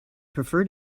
prefer